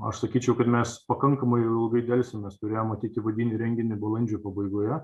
aš sakyčiau kad mes pakankamai jau ilgai delsėm mes turėjom matyti įvadinį renginį balandžio pabaigoje